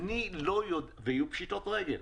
וגם יהיו פשיטות רגל.